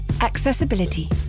Accessibility